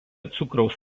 cukraus